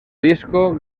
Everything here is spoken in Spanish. disco